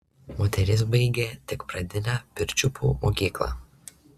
moteris baigė tik pradinę pirčiupių mokyklą